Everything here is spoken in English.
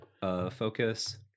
focus